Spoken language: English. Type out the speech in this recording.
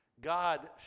God